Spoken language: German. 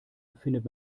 findet